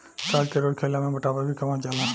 शहद के रोज खइला से मोटापा भी कम हो जाला